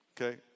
Okay